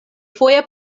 foje